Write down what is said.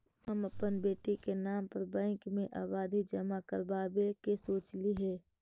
हम अपन बेटी के नाम पर बैंक में आवधि जमा करावावे के सोचली हे